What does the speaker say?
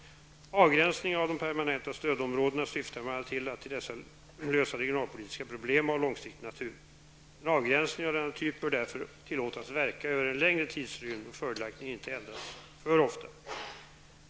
Avgränsningen av de permanenta stödområdena syftar bl.a. till att i dessa lösa regionalpolitiska problem av långsiktig natur. En avgränsning av denna typ bör därför tillåtas verka över en längre tidsrymd och följaktligen inte ändras för ofta.